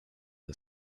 the